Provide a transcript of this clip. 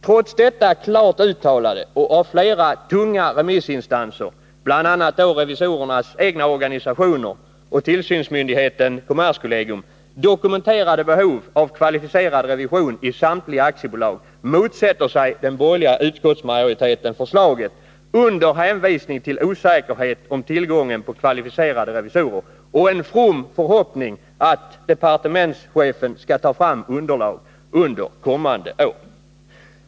Trots detta klart uttalade och av flera tunga remissinstanser, bl.a. revisorernas egna organisationer och tillsynsmyndigheten kommerskollegi um, dokumenterade behov av kvalificerad revision i samtliga aktiebolag motsätter sig den borgerliga utskottsmajoriteten förslaget med hänvisning till osäkerhet om tillgången på kvalificerade revisorer och en from förhoppning att departementschefen skall ta fram underlag under kommande år.